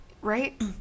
Right